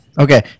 Okay